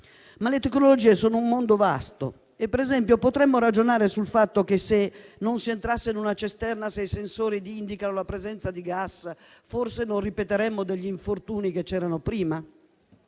delle tecnologie è un mondo vasto. Per esempio, potremmo ragionare sul fatto che, se non si entrasse in una cisterna quando i sensori indicano la presenza di gas, forse non si ripeterebbero degli infortuni che c'erano prima?